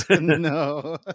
no